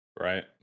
Right